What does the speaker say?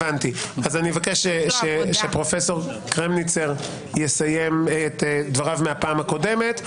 אבקש שפרופ' קרמניצר יסיים את דבריו מהפעם הקודמת.